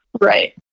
Right